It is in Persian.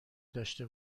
داشته